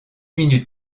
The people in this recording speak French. minutes